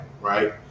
right